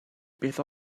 beth